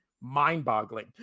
mind-boggling